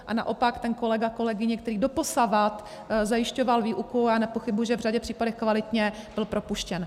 A naopak ten kolega, kolegyně, který doposavad zajišťoval výuku, a já nepochybuji, že v řadě případů kvalitně, byl propuštěn.